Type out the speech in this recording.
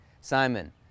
Simon